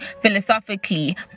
philosophically